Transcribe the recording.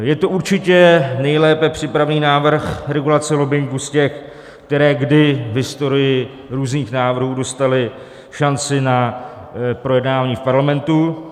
Je to určitě nejlépe připravený návrh regulace lobbingu z těch, které kdy v historii různých návrhů dostaly šanci na projednání v Parlamentu.